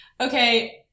Okay